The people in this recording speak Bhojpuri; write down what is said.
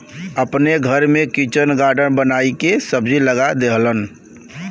अपने घर में किचन गार्डन बनाई के सब्जी लगा देलन